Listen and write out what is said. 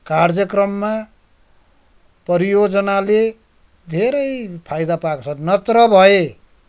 कार्यक्रममा परियोजनाले धेरै फाइदा पाएको छ नत्र भए